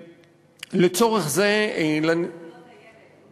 לצורך זה, לוועדה לזכויות הילד.